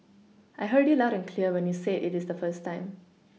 I heard you loud and clear when you said it is the first time